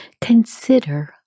Consider